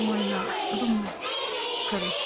ꯃꯣꯏꯅ ꯑꯗꯨꯝ ꯀꯔꯤ